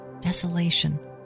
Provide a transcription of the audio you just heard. desolation